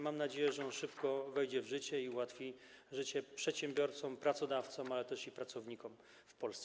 Mam nadzieję, że ustawa szybko wejdzie w życie i ułatwi życie przedsiębiorcom, pracodawcom, ale też pracownikom w Polsce.